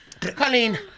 Colleen